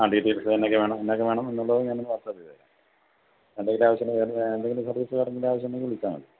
ആ ഡീറ്റെയിൽസ് എന്തൊക്കെ വേണം എന്തൊക്കെ വേണം എന്നുള്ളത് ഞാനൊന്ന് വാട്സപ്പ് ചെയ്തുതരാം എന്തെങ്കിലും ആവശ്യമാണെങ്കിൽ എന്തെങ്കിലും ഡീറ്റെയിൽസ് ആവശ്യമുണ്ടെങ്കിൽ വിളിച്ചാൽ മതി